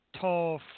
tall